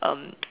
um